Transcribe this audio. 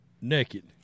naked